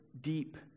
deep